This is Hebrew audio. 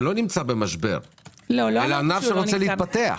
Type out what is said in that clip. שלא נמצא במשבר אלא הוא ענף שרוצה להתפתח.